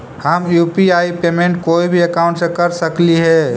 हम UPI payment कोई भी अकाउंट से कर सकली हे?